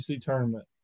tournament